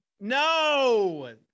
no